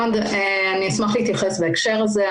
אני אשמח להתקשר בהקשר הזה.